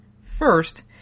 first